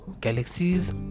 galaxies